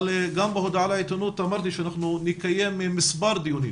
אבל גם בהודעה לעיתונות אמרתי שאנחנו נקיים מספר דיונים